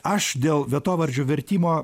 aš dėl vietovardžių vertimo